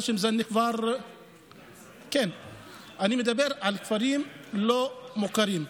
אני מדבר על כפרים לא מוכרים.